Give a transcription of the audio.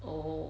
oh